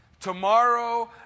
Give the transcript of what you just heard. tomorrow